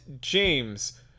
James